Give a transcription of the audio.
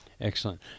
Excellent